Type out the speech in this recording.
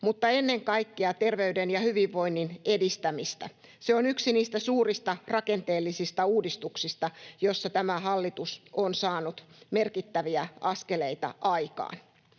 mutta ennen kaikkea terveyden ja hyvinvoinnin edistämistä. Se on yksi niistä suurista rakenteellisista uudistuksista, joissa tämä hallitus on saanut merkittäviä askeleita aikaan.